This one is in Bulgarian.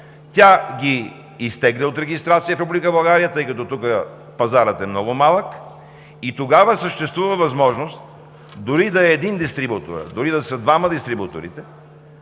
Тя ги изтегля от регистрация в Република България, тъй като тук пазарът е много малък и тогава съществува възможност, дори да е един дистрибуторът, дори да са двама дистрибуторите,